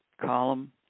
column